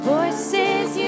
Voices